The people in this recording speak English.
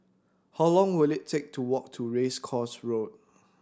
how long will it take to walk to Race Course Road